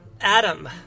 Adam